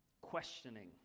questioning